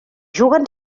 juguen